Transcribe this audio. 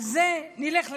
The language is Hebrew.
על זה נלך לבג"ץ.